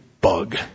bug